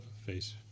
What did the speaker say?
face